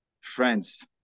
friends